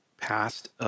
passed